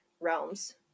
realms